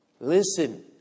Listen